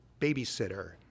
babysitter